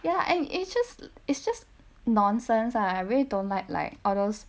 ya and it's just it's just nonsense lah I really don't like like all those